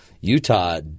Utah